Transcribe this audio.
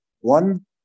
one